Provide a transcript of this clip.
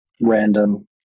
random